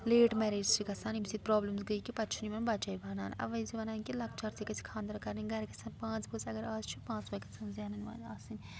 late marriages چھِ گَژھان ییٚمہِ سٕتۍ پرٛابلِمٕز گٔے یہِ کہِ پتہٕ چھُنہٕ یِمن بَچَے بَنان اَوے یہِ زِ وَنان کہِ لکچارسٕے گژھِ خانٛدَر کَرٕنۍ گَرِ گژھن پانٛژ بٲژ اگر آز چھِ پانٛژوَے گژھن زٮ۪نٕنۍ وٲلۍ آسٕنۍ